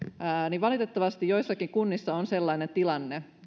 niin valitettavasti joissakin kunnissa on sellainen tilanne